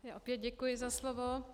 Já opět děkuji za slovo.